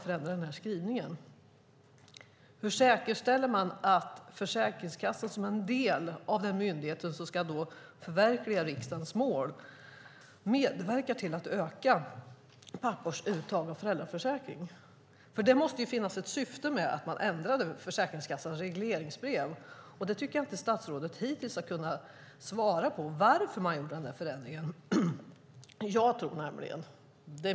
Hur säkerställer man att Försäkringskassan som en del av den myndighet som ska förverkliga riksdagens mål medverkar till att öka pappors uttag av föräldraförsäkringen? Det måste ju ha funnits ett syfte med att man ändrade Försäkringskassans regleringsbrev. Jag tycker inte att statsrådet hittills har svarat på varför man gjorde den förändringen.